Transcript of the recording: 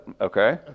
Okay